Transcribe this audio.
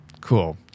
Cool